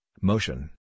motion